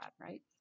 right